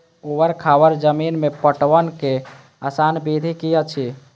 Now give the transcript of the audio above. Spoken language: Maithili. ऊवर खावर जमीन में पटवनक आसान विधि की अछि?